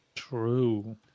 true